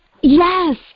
Yes